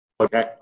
Okay